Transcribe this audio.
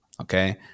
okay